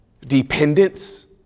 dependence